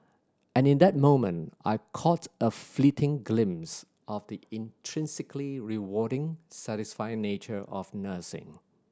and in that moment I caught a fleeting glimpse of the intrinsically rewarding satisfying nature of nursing